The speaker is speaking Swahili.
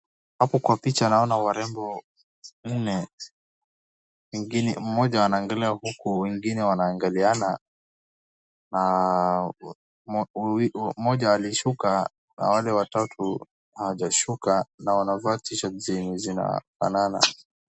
Hapo kwa picha naona warembo wanne, mmoja anaangalia huku wengine wanaangaliana na mmoja alishuka na wale watatu hawajashuka na wanavaa t-shirt zenye zinafanana.